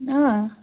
अँ